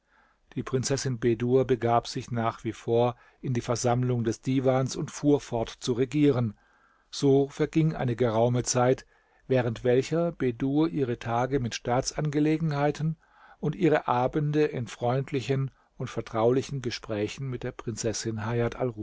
die prinzessin bedur begab sich nach wie vor in die versammlung des divans und fuhr fort zu regieren so verging eine geraume zeit während welcher bedur ihre tage mit staatsangelegenheiten und ihre abende in freundlichen und vertraulichen gesprächen mit der prinzessin